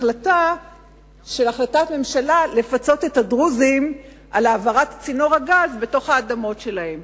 החלטת הממשלה לפצות את הדרוזים על העברת צינור הגז בתוך האדמות שלהם.